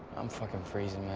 i'm fuckin' freezin',